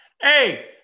Hey